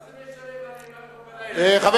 מה זה משנה מה נאמר אתמול בלילה, חבר